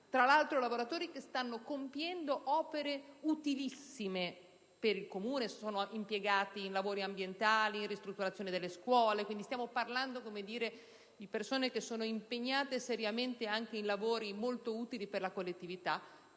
tra l'altro stanno compiendo opere utilissime per il Comune, come lavori ambientali e ristrutturazione delle scuole, quindi stiamo parlando di persone impegnate seriamente anche in lavori molto utili per la collettività),